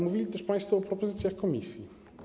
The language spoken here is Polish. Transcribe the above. Mówili też państwo o propozycjach komisji.